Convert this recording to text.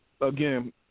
again